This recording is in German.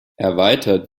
erweitert